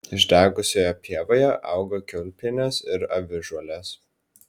išdegusioje pievoje augo kiaulpienės ir avižuolės